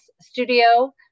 studio